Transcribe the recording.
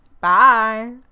Bye